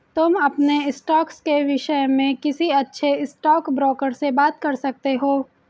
तुम अपने स्टॉक्स के विष्य में किसी अच्छे स्टॉकब्रोकर से बात कर सकते हो